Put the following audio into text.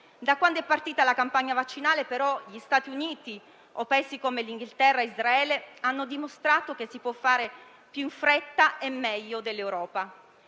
Da quando è partita la campagna vaccinale, però, gli Stati Uniti o Paesi come il Regno Unito e Israele hanno dimostrato che si può fare più in fretta e meglio dell'Europa.